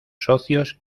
socios